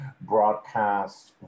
broadcast